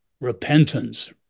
repentance